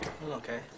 okay